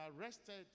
arrested